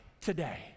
today